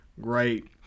Great